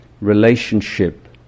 relationship